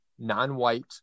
non-white